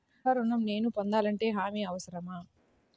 గృహ ఋణం నేను పొందాలంటే హామీ అవసరమా?